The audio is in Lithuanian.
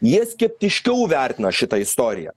jie skeptiškiau vertina šitą istoriją